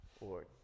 Lord